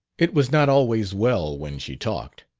it was not always well when she talked,